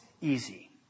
easy